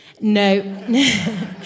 No